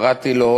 קראתי לו,